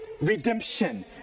redemption